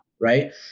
right